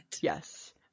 Yes